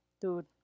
dude